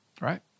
right